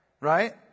right